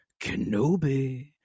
Kenobi